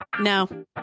No